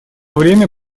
время